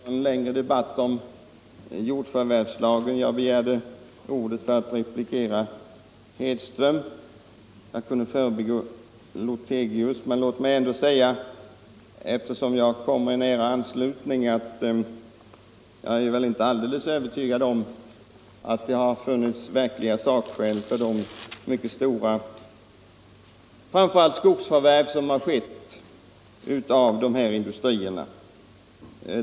Herr talman! Jag skall inte dra i gång en längre debatt om jordförvärvslagen. Jag begärde ordet för att replikera herr Hedström. Jag kunde gå förbi herr Lothigius, men eftersom jag kom upp direkt efter hans anförande vill jag ändå säga att jag inte är alldeles övertygad om att det funnits verkliga sakskäl för de mycket stora förvärv av framför allt skogsmark som ifrågavarande industrier gjort.